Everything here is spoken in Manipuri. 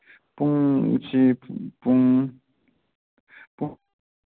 ꯄꯨꯡꯁꯤ ꯄꯨꯡ ꯄꯨꯡ